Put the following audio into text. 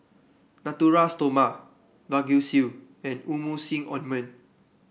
Natura Stoma Vagisil and Emulsying Ointment